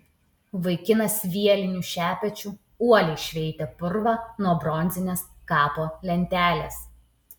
vaikinas vieliniu šepečiu uoliai šveitė purvą nuo bronzinės kapo lentelės